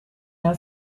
our